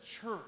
church